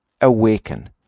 awaken